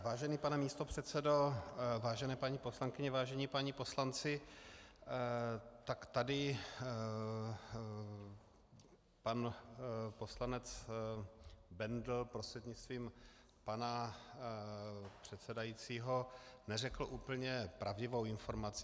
Vážený pane místopředsedo, vážené paní poslankyně, vážení páni poslanci, tady pan poslanec Bendl prostřednictvím pana předsedajícího neřekl úplně pravdivou informaci.